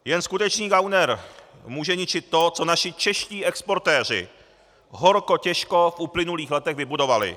Jen skutečný gauner může ničit to, co naši čeští exportéři horko těžko v uplynulých letech vybudovali.